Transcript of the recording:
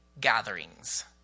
gatherings